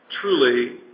truly